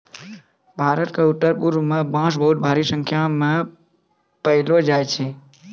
भारत क उत्तरपूर्व म बांस बहुत भारी संख्या म पयलो जाय छै